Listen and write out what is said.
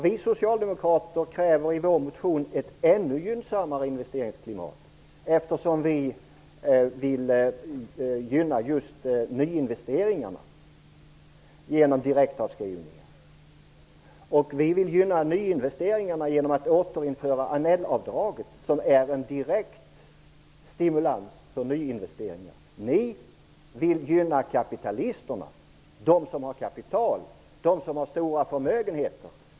Vi socialdemokrater kräver i vår motion ett ännu gynnsammare investeringsklimat, eftersom vi genom direktavskrivningar vill gynna just nyinvesteringarna. Vi vill gynna nyinvesteringarna genom att återinföra Anellavdraget som är en direkt stimulans för nyinvesteringar. Ni vill gynna kapitalisterna, de som har kapital och stora förmögenheter.